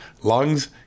lungs